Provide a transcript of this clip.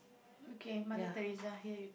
okay Mother-Theresa here you go